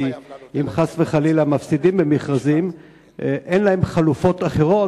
כי אם חלילה מפסידים במכרזים אין להם חלופות אחרות,